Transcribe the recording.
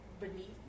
beneath